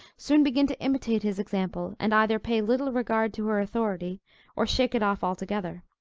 soon begin to imitate his example, and either pay little regard to her authority or shake it off altogether.